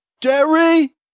Jerry